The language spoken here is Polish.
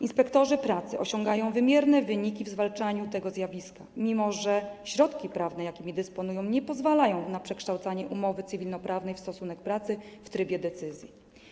Inspektorzy pracy osiągają wymierne wyniki w zakresie zwalczania tego zjawiska, mimo że środki prawne, jakimi dysponują, nie pozwalają na przekształcanie umowy cywilnoprawnej w stosunek pracy w trybie decyzji.